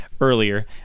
earlier